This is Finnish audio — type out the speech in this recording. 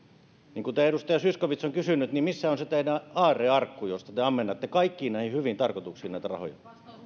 niin kuten edustaja zyskowicz on kysynyt missä on se teidän aarrearkkunne josta te ammennatte kaikkiin näihin hyviin tarkoituksiin näitä rahoja